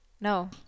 No